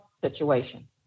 situation